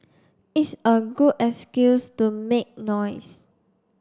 it's a good excuse to make noise